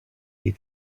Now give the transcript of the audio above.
die